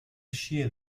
shear